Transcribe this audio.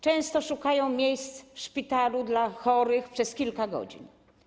Często szukają miejsc w szpitalu dla chorych przez kilka godzin.